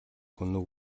хүннү